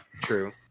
True